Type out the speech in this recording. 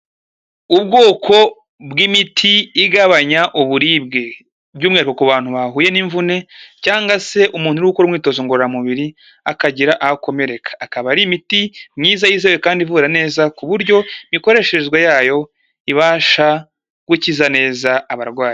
Ubwoko bw'imiti igabanya uburibwe, by'umwihariko ku bantu bahuye n'imvune cyangwa se umuntu uri gukora imyitozo ngororamubiri, akagira aho akomereka akaba ari imiti myiza yizewe kandi ivura neza, ku buryo imikoreshereze yayo ibasha gukiza neza abarwayi.